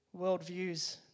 worldviews